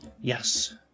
Yes